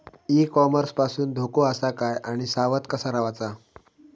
E commerce पासून धोको आसा काय आणि सावध कसा रवाचा?